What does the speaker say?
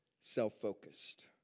self-focused